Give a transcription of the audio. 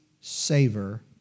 savor